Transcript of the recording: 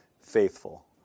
faithful